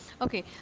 Okay